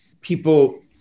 people